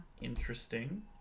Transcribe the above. Interesting